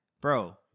Bro